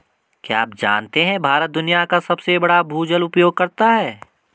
क्या आप जानते है भारत दुनिया का सबसे बड़ा भूजल उपयोगकर्ता है?